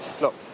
look